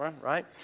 right